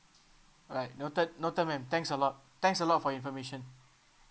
right noted noted ma'am thanks a lot thanks a lot for your information